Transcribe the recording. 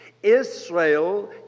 Israel